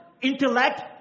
intellect